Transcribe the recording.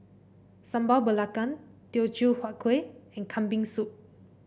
Sambal Belacan Teochew Huat Kueh and Kambing Soup